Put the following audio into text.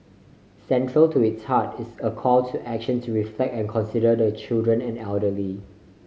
central to its heart is a call to action to reflect and consider the children and elderly